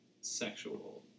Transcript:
sexual